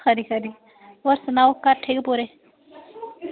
हां जी खरी खरी होर सनाओ घर ठीक पूरे